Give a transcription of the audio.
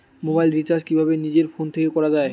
Mobile recharge কিভাবে নিজের phone থেকে করা য়ায়?